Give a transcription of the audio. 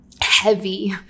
heavy